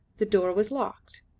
the door was locked,